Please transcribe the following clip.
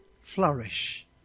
flourish